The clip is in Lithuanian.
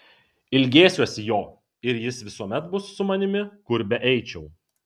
ilgėsiuosi jo ir jis visuomet bus su manimi kur beeičiau